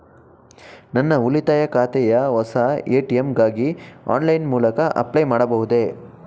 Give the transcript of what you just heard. ನನ್ನ ಉಳಿತಾಯ ಖಾತೆಯ ಹೊಸ ಎ.ಟಿ.ಎಂ ಗಾಗಿ ಆನ್ಲೈನ್ ಮೂಲಕ ಅಪ್ಲೈ ಮಾಡಬಹುದೇ?